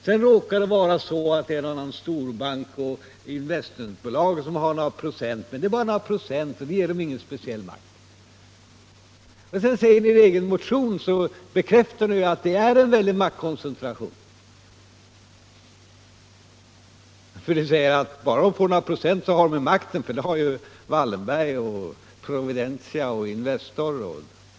Sedan råkar det vara så att en och annan storbank och något investmentbolag har några procent, men det ger dem ingen speciell makt.” I er egen motion bekräftar ni nu att det är en väldig maktkoncentration, eftersom ni säger att bara några procent ger makt. Det har ju bl.a. Wallenberg, Providentia och Investor.